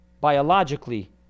biologically